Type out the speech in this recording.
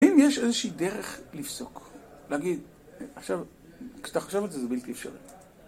אם יש איזושהי דרך לפסוק, להגיד, כשאתה חושב על זה, זה בלתי אפשרי.